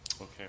okay